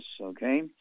okay